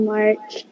March